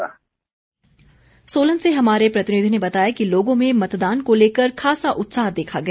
सोलन मतदान सोलन से हमारे प्रतिनिधि ने बताया है कि लोगों में मतदान को लेकर खासा उत्साह देखा गया